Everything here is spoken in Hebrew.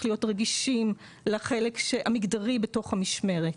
להיות רגישים לחלק המגדרי בתוך המשמרת.